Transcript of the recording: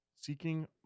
Seeking